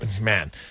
man